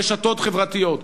רשתות חברתיות.